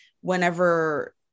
whenever